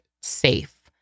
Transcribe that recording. safe